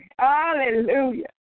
Hallelujah